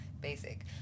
basic